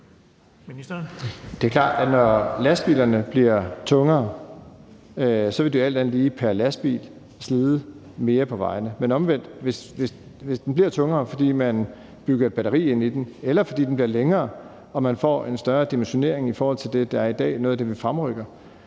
er klart, at når lastbilerne bliver tungere, vil det jo alt andet lige slide mere på vejene pr. lastbil. Men omvendt kan det siges, at hvis den bliver tungere, fordi man bygger et batteri ind i den, eller fordi den bliver længere og man får en større dimensionering i forhold til det, der er i dag – det er noget af det, vi fremrykker